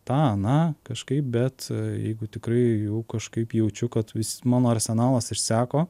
tą aną kažkaip bet jeigu tikrai jau kažkaip jaučiu kad vis mano arsenalas išseko